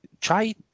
try